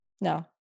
No